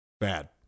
bad